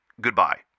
Goodbye